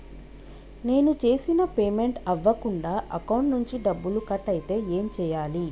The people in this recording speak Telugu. నేను చేసిన పేమెంట్ అవ్వకుండా అకౌంట్ నుంచి డబ్బులు కట్ అయితే ఏం చేయాలి?